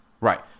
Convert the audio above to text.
Right